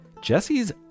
Jesse's